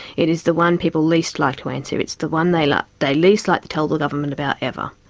it is the one people least like to answer, it's the one they like they least like to tell the government about ever.